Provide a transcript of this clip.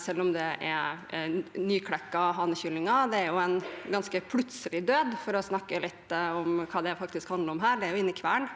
selv om det er nyklekkede hanekyllinger. Det er en ganske plutselig død, for å snakke litt om hva det faktisk handler om her. De er inne i en kvern,